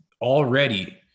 Already